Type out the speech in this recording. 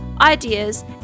ideas